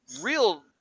real